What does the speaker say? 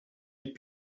est